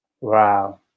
Wow